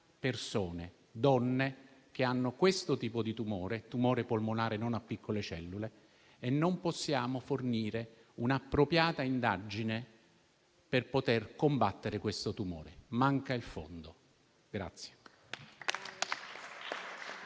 persone, donne che hanno questo tipo di tumore polmonare non a piccole cellule, a cui non possiamo fornire un'appropriata indagine per poterlo combattere. Manca il fondo.